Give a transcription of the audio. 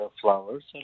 flowers